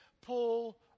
pull